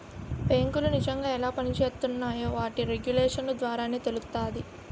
బేంకులు నిజంగా ఎలా పనిజేత్తున్నాయో వాటి రెగ్యులేషన్స్ ద్వారానే తెలుత్తాది